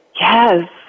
Yes